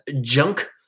junk